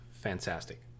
fantastic